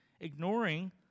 ignoring